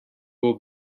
will